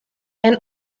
and